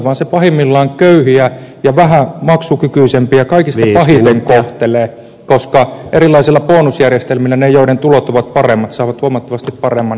pahimmillaan se köyhiä ja vähemmän maksukykyisiä kaikista pahiten kohtelee koska erilaisilla bonusjärjestelmillä ne joiden tulot ovat paremmat saavat huomattavasti paremman hyödyn